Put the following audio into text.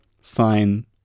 sign